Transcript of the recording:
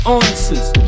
answers